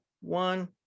one